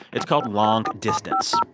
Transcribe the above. it's called long distance